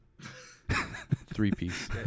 Three-piece